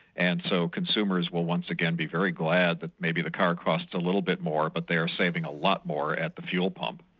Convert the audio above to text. and so consumers will once again be very glad that maybe the car costs a little bit more, but they're saving a lot more at the fuel pump.